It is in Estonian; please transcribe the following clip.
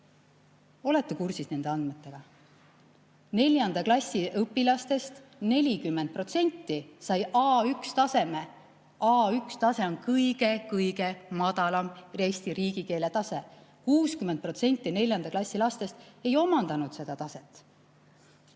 Olete kursis nende andmetega? Neljanda klassi õpilastest 40% sai A1‑taseme. A1‑tase on kõige-kõige madalam Eesti riigikeele tase. 60% neljanda klassi lastest ei omandanud seda taset.